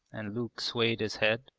and luke swayed his head.